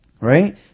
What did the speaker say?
Right